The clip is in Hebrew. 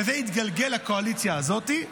וזה התגלגל לקואליציה הזאת.